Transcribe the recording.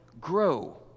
grow